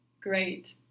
great